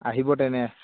আহিব তেনে